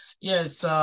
Yes